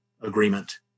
agreement